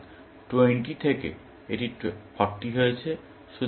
সুতরাং 20 থেকে এটি 40 হয়েছে